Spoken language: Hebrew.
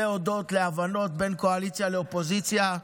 הודות להבנות בין קואליציה לאופוזיציה.